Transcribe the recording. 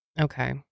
Okay